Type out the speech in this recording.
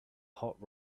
hot